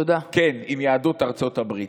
תעשה שלום, כן, עם יהדות ארצות הברית.